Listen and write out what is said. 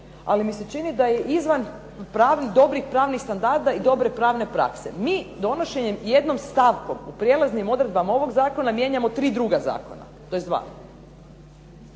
ali mi se čini da je izvan pravih, dobrih pravnih standarda i dobre pravne prakse. Mi donošenjem jednom stavkom u prijelaznim odredbama ovog zakona mijenjamo 3 druga zakona tj. 2.